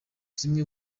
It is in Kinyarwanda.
zimwe